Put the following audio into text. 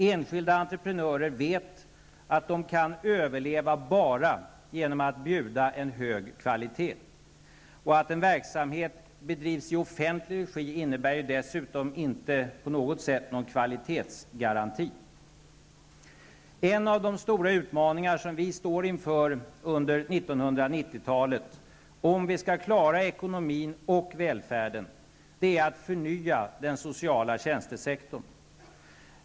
Enskilda entreprenörer vet att de kan överleva bara genom att bjuda en hög kvalitet. Och att en verksamhet bedrivs i offentlig regi innebär dessutom inte på något sätt en kvalitetsgaranti. En av de stora utmaningar som vi står inför under 1990-talet, om vi skall klara ekonomin och välfärden, är att förnya den sociala tjänstesektorn.